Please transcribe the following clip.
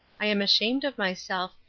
i am ashamed of myself,